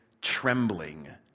trembling